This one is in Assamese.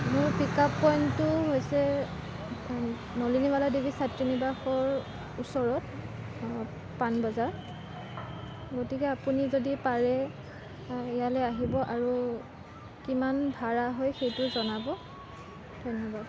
মোৰ পিক আপ পইণ্টটো হৈছে নলিনীবালা দেৱী ছাত্ৰী নিৱাসৰ ওচৰত পাণবজাৰ গতিকে আপুনি যদি পাৰে ইয়ালে আহিব আৰু কিমান ভাৰা হয় সেইটো জনাব ধন্যবাদ